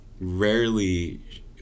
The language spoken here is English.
rarely